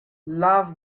love